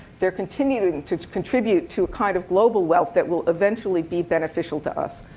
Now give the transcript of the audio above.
they're continuing to contribute to a kind of global wealth that will eventually be beneficial to us.